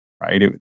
right